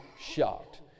shocked